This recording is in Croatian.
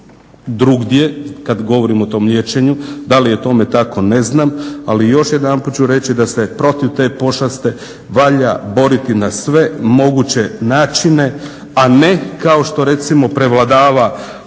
drugdje kad govorimo o tom liječenju. Da li je tome tako ne znam, ali još jedanput ću reći da ste protiv te pošasti valja boriti na sve moguće načine, a ne kao što recimo prevladava